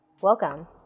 Welcome